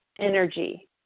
energy